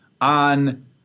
on